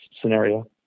scenario